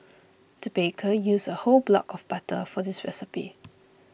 the baker used a whole block of butter for this recipe